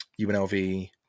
UNLV